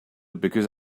because